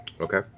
Okay